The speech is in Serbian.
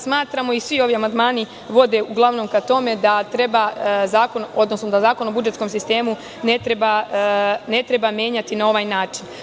Smatramo i svi ovi amandmani vode uglavnom ka tome da Zakon o budžetskom sistemu ne treba menjati na ovaj način.